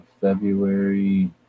February